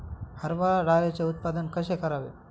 हरभरा डाळीचे उत्पादन कसे करावे?